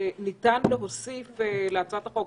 ניתן להוסיף להצעת החוק,